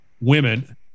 women